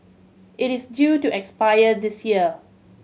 it is due to expire this year